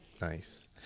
nice